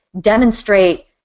demonstrate